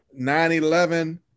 9-11